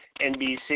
NBC